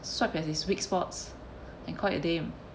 swipe at his weak spots and call it a day